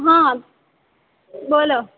હા બોલો